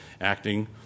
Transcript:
acting